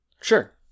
sure